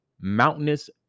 mountainous